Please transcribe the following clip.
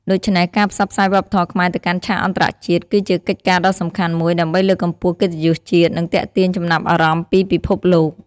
ដូច្នេះ ការផ្សព្វផ្សាយវប្បធម៌ខ្មែរទៅកាន់ឆាកអន្តរជាតិ គឺជាកិច្ចការដ៏សំខាន់មួយ ដើម្បីលើកកម្ពស់កិត្តិយសជាតិ និងទាក់ទាញចំណាប់អារម្មណ៍ពីពិភពលោក។